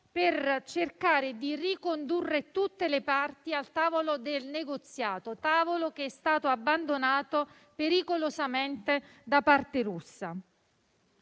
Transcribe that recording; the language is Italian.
per cercare di ricondurre tutte le parti al tavolo del negoziato; tavolo che è stato abbandonato pericolosamente da parte russa.